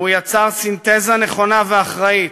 והוא יצר סינתזה נכונה ואחראית,